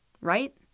right